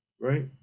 right